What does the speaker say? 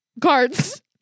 cards